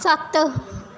ਸੱਤ